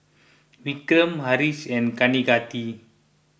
Vikram Haresh and Kaneganti